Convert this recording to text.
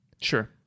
Sure